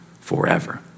forever